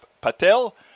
Patel